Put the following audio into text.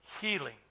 healing